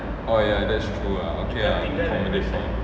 oh ya that's true ah okay